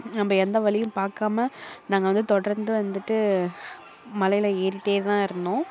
நம்ம எந்த வலியும் பார்க்காம நாங்கள் வந்து தொடர்ந்து வந்துட்டு மலையில் ஏறிட்டே தான் இருந்தோம்